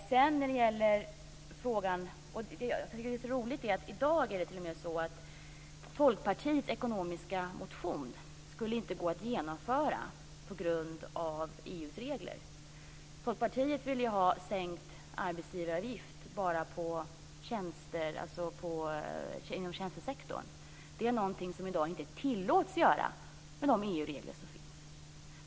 Jag tycker att det är lite roligt att det i dag t.o.m. är så att Folkpartiets ekonomiska motion inte skulle gå att genomföra på grund av EU:s regler. Folkpartiet vill ju ha sänkt arbetsgivaravgift bara inom tjänstesektorn. Det är någonting som vi i dag inte tillåts göra med de EU-regler som finns!